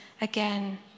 again